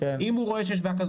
אם הוא רואה שיש בעיה כזאת.